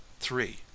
three